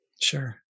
Sure